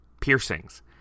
Piercings